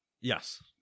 yes